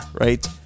Right